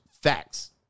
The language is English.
Facts